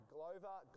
Glover